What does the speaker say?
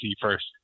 first